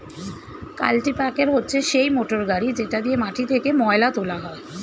কাল্টিপ্যাকের হচ্ছে সেই মোটর গাড়ি যেটা দিয়ে মাটি থেকে ময়লা তোলা হয়